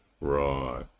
Right